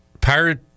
Pirate